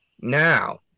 Now